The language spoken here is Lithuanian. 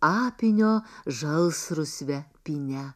apynio žalsrusve pyne